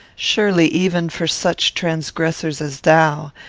surely, even for such transgressors as thou,